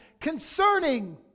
concerning